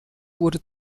wurde